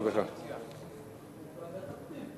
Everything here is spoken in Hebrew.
לוועדת הפנים.